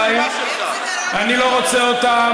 אתה רוצה אותם